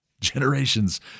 generations